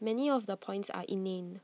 many of the points are inane